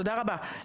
תודה רבה.